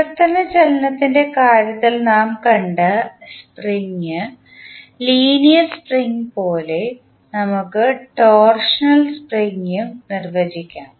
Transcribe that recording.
വിവർത്തന ചലനത്തിൻറെ കാര്യത്തിൽ നാം കണ്ട സ്പ്രിംഗ് ലീനിയർ സ്പ്രിംഗ് പോലെ നമുക്ക് ടോർഷണൽ സ്പ്രിംഗും നിർവചിക്കാം